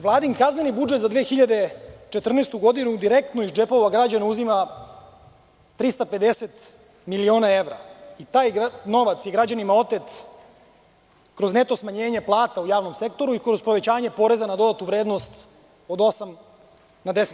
Vladin kazneni budžet za 2014. godinu direktno iz džepova građana uzima 350 miliona evra i taj novac je građanima otet kroz neto smanjenje plata u javnom sektoru i povećanje poreza na dodatu vrednost od 8 na 10%